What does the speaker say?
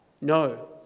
No